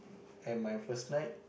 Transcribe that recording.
and my first night